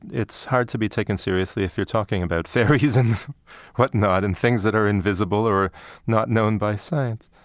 it's hard to be taken seriously if you're talking about fairies and whatnot, and things that are invisible or not known by science.